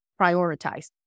prioritize